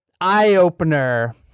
eye-opener